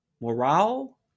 Morale